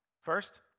First